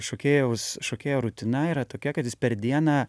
šokėjaus šokėjo rutina yra tokia kad jis per dieną